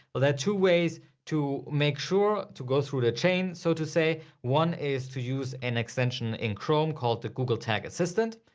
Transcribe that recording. well there are two ways to make sure to go through the chain, so to say. one is to use an extension in chrome called the google tag assistant.